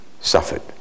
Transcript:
suffered